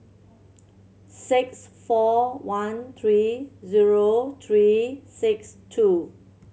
six four one three zero three six two